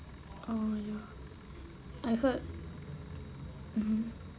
mm I heard mmhmm